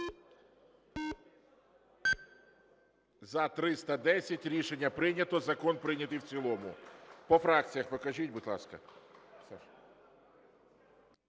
За-310 Рішення прийнято. Закон прийнятий в цілому. По фракціях покажіть, будь ласка.